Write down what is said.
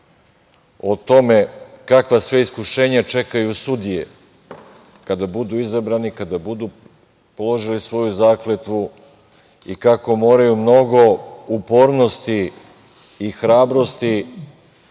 o tome kakva sve iskušenja čekaju sudije kada budu izabrani, kada budu položili svoju zakletvu i kako moraju mnogo upornosti i hrabrosti